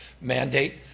mandate